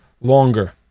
longer